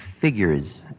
figures